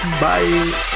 Bye